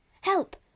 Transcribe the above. Help